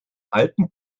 alten